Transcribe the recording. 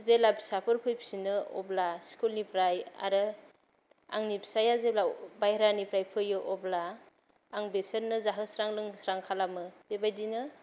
जेला फिसाफोर फैफिनो अब्ला स्कुलनिफ्राय आरो आंनि फिसाया जेब्ला बायह्रानिफ्राय फैयो अब्ला आं बिसोरनो जाहोस्रां लोंहोस्रां खालामो बेबादिनो